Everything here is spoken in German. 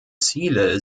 ziele